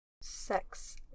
Sex